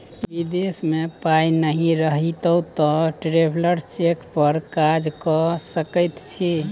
विदेश मे पाय नहि रहितौ तँ ट्रैवेलर्स चेक पर काज कए सकैत छी